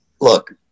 look